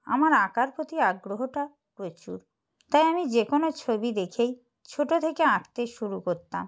আমার আঁকার প্রতি আগ্রহটা প্রচুর তাই আমি যে কোনো ছবি দেখেই ছোটো থেকে আঁকতে শুরু করতাম